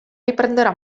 riprenderà